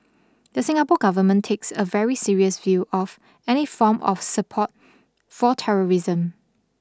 the Singapore Government takes a very serious view of any form of support for terrorism